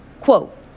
Quote